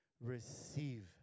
receive